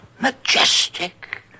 majestic